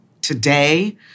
Today